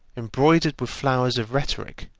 embroidered with flowers of rhetoric,